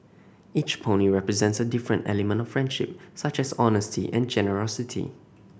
each pony represents a different element of friendship such as honesty and generosity